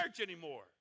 anymore